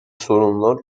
sorunlar